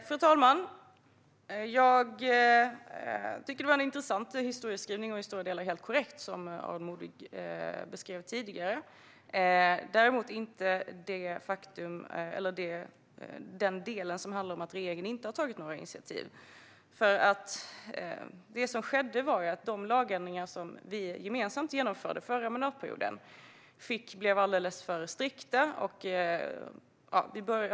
Fru talman! Jag tycker att den historieskrivning som Aron Modig lade fram tidigare var intressant och i stora delar helt korrekt. Däremot håller jag inte med om den del som handlar om att regeringen inte har tagit några initiativ. Det som skedde var att de lagändringar som vi gemensamt genomförde under den förra mandatperioden gjorde att lagarna blev alldeles för strikta.